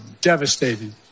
devastating